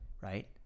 right